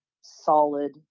solid